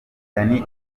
danny